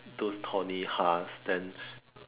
those thorny husk then